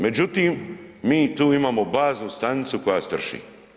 Međutim, mi tu imamo baznu stanicu koja strši.